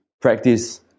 practice